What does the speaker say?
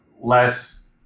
less